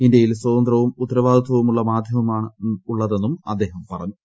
ഇന്ത്യയിൽ സ്വതന്ത്രവും ഉത്തരവാദിത്വവുമുള്ള മാധ്യമമാണ് ഉള്ളതെന്നും അദ്ദേഹം പറഞ്ഞു